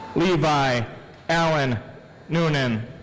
levi alan noonan.